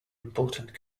important